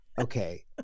Okay